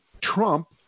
Trump